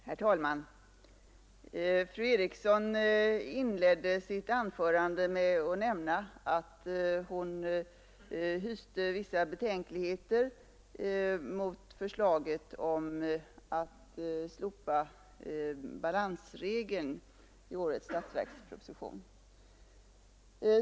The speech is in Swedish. Herr talman! Fru Eriksson i Stockholm inledde sitt anförande med att nämna att hon hyste vissa betänkligheter mot förslaget i årets statsverksproposition om att slopa balansregeln.